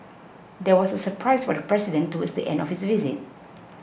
there was a surprise for the president towards the end of his visit